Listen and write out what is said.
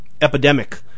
epidemic